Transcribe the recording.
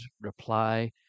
reply